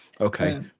Okay